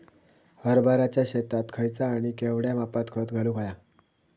हरभराच्या शेतात खयचा आणि केवढया मापात खत घालुक व्हया?